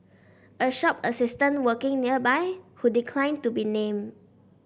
a shop assistant working nearby who declined to be named